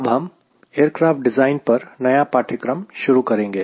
अब हम aircraft design पर नया पाठ्यक्रम शुरू करेंगे